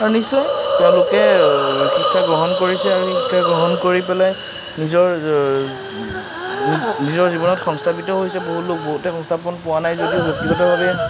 আৰু নিশ্চয় তেওঁলোকে শিক্ষা গ্ৰহণ কৰিছে আৰু সেই শিক্ষা গ্ৰহণ কৰি পেলাই নিজৰ নিজৰ জীৱনত সংস্থাপিত হৈছে বহুত লোক বহুতে সংস্থাপন পোৱা নাই যদিও ব্যক্তিগতভাৱে